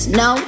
no